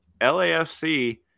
LAFC